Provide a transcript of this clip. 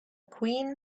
queen